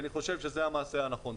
אני חושב שזה המעשה הנכון.